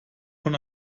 von